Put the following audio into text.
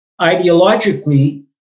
ideologically